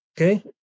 Okay